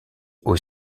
aux